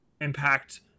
impact